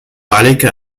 عليك